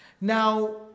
Now